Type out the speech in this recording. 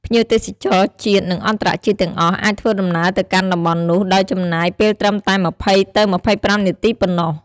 ភ្ញៀវទេសចរជាតិ និងអន្តរជាតិទាំងអស់អាចធ្វើដំណើរទៅកាន់តំបន់នោះ ដោយចំណាយពេលត្រឹមតែ២០ ទៅ២៥នាទីប៉ុណ្ណោះ។